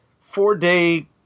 four-day